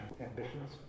ambitions